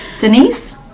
Denise